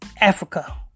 Africa